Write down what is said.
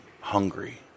hungry